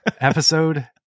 episode